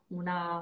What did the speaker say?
una